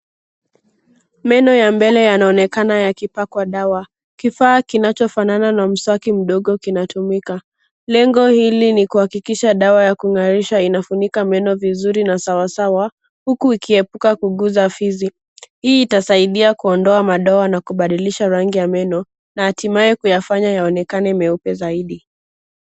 Meno ya mbele yanaonekana yakipakwa dawa. Kifaa kinachofanana na mswaki mdogo kinatumika. Lengo hili ni kuhakikisha dawa ya kung'arisha inafunika meno vizuri na sawasawa, huku ikiepuka kuguza fizi. Hii itasaidia kuondoa madoa na kubadilisha rangi ya meno na hatimaye kuyafanya yaonekane meupe zaidi.